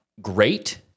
great